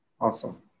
Awesome